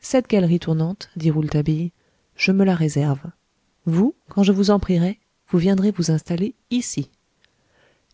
cette galerie tournante dit rouletabille je me la réserve vous quand je vous en prierai vous viendrez vous installer ici